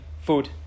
food